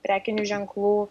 prekinių ženklų